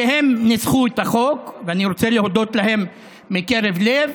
שניסחו את החוק, ואני רוצה להודות להם מקרב לב,